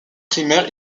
primaires